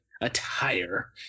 attire